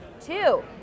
Two